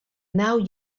nau